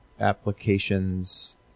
applications